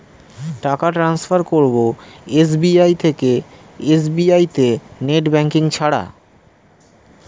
টাকা টান্সফার করব এস.বি.আই থেকে এস.বি.আই তে নেট ব্যাঙ্কিং ছাড়া?